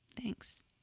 Thanks